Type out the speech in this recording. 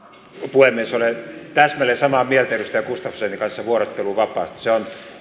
puhemies olen täsmälleen samaa mieltä edustaja gustafssonin kanssa vuorotteluvapaasta se on